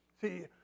See